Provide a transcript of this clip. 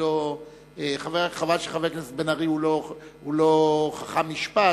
חבל שחבר הכנסת בן-ארי הוא לא חכם משפט,